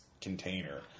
container